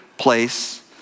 place